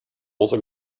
also